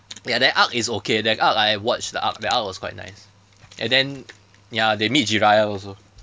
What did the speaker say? ya that arc is okay that arc I watched that arc that arc was quite nice and then ya they meet jiraiya also